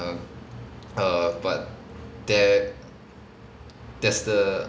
err err but there there's the